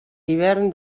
hivern